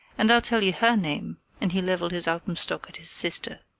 and i'll tell you her name and he leveled his alpenstock at his sister.